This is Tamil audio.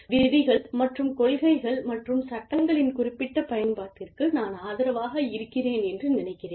விதிகள் மற்றும் கொள்கைகள் மற்றும் சட்டங்களின் குறிப்பிட்ட பயன்பாட்டிற்கு நான் ஆதரவாக இருக்கிறேன் என்று நினைக்கிறேன்